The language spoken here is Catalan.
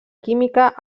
química